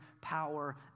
power